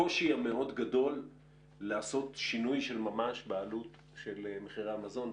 הקושי המאוד גדול לעשות שינוי של ממש בעלות של מחירי המזון,